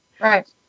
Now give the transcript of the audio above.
right